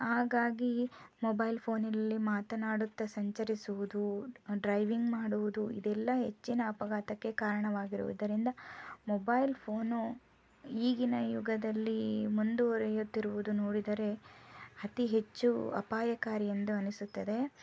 ಹಾಗಾಗಿ ಮೊಬೈಲ್ ಫೋನಲ್ಲಿ ಮಾತನಾಡುತ್ತಾ ಸಂಚರಿಸುವುದು ಡ್ರೈವಿಂಗ್ ಮಾಡುವುದು ಇದೆಲ್ಲ ಹೆಚ್ಚಿನ ಅಪಘಾತಕ್ಕೆ ಕಾರಣವಾಗಿರುವುದರಿಂದ ಮೊಬೈಲ್ ಫೋನು ಈಗಿನ ಯುಗದಲ್ಲಿ ಮುಂದುವರೆಯುತ್ತಿರುವುದು ನೋಡಿದರೆ ಅತಿ ಹೆಚ್ಚು ಅಪಾಯಕಾರಿ ಎಂದು ಅನಿಸುತ್ತದೆ